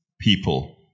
people